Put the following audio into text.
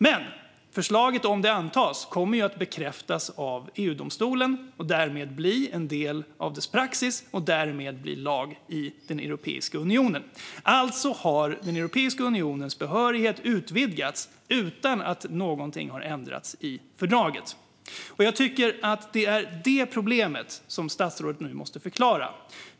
Men förslaget, om det antas, kommer att bekräftas av EU-domstolen och därmed bli en del av dess praxis och därmed bli lag i Europeiska unionen. Alltså har Europeiska unionens behörighet utvidgats utan att någonting har ändrats i fördraget. Jag tycker att det är detta problem som statsrådet nu måste förklara.